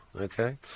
okay